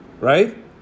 right